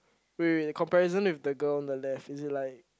wait wait comparison with the girl in the left is it like